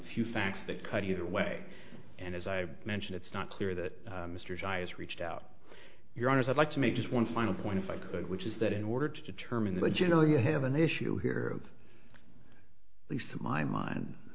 few facts that cut either way and as i mentioned it's not clear that mr trius reached out your honors i'd like to make just one final point if i could which is that in order to determine that you know you have an issue here of please to my mind